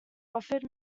offered